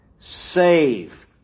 save